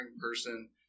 person